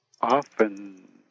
often